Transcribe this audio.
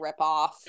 ripoff